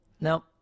Now